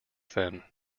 then